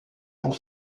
pour